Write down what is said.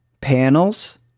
panels